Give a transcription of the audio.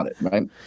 right